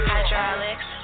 Hydraulics